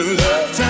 love